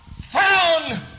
found